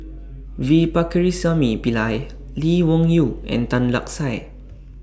V Pakirisamy Pillai Lee Wung Yew and Tan Lark Sye